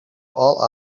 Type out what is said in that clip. all